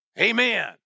Amen